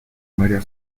maria